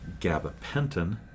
gabapentin